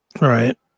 Right